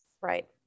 Right